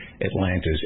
Atlanta's